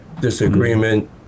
disagreement